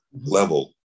level